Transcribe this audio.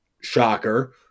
shocker